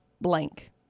blank